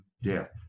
death